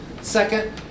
Second